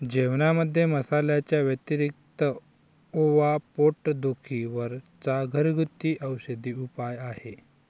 जेवणामध्ये मसाल्यांच्या व्यतिरिक्त ओवा पोट दुखी वर चा घरगुती औषधी उपाय आहे